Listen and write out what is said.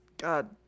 god